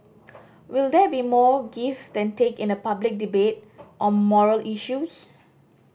will there be more give than take in a public debate on moral issues